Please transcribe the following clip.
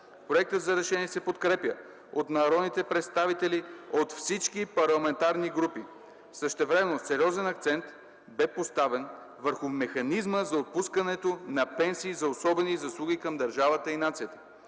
Проектът за решение се подкрепя от народните представители от всички парламентарни групи. Същевременно сериозен акцент бе поставен върху механизма за отпускане на пенсии за особени заслуги към държавата и нацията.